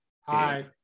Hi